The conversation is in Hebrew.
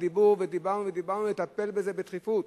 ודיברו ודיברנו ודיברנו, נטפל בזה בדחיפות.